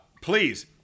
please